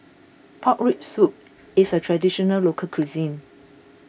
Pork Rib Soup is a Traditional Local Cuisine